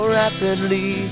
rapidly